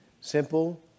Simple